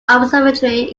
observatory